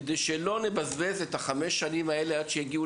כדי שלא נבזבז את החמש שנים האלה עד שיגיעו